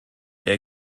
der